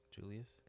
Julius